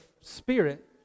Spirit